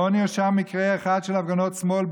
לא נרשם מקרה אחד של הפגנות שמאל,